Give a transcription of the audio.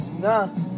Nah